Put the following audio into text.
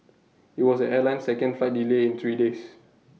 IT was airline's second flight delay in three days